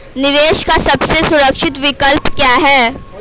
निवेश का सबसे सुरक्षित विकल्प क्या है?